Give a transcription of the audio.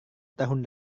tahun